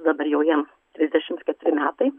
dabar jau jam trisdešims keturi metai